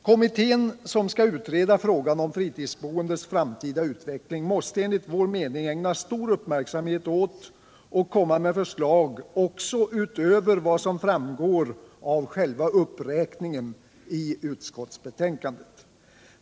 Kommittén som skall utreda frågan om fritidsboendets framtida utveckling måste enligt vår mening ägna stor uppmärksamhet åt saken och komma med förslag också utöver vad som framgår av själva uppräkningen i utskottsbetänkandet.